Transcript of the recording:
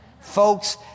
Folks